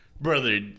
Brother